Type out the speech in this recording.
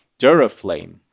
Duraflame